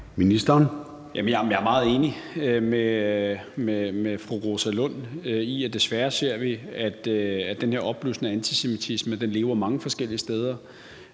Jeg er meget enig med fru Rosa Lund i, at vi desværre ser den her opblussende antisemitisme lever mange forskellige steder.